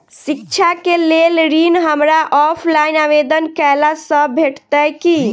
शिक्षा केँ लेल ऋण, हमरा ऑफलाइन आवेदन कैला सँ भेटतय की?